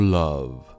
love